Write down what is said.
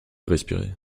respirer